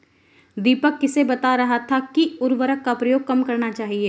दीपक किसे बता रहा था कि उर्वरक का प्रयोग कम करना चाहिए?